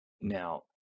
now